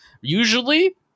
usually